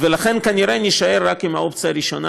ולכן כנראה נישאר רק עם האופציה הראשונה,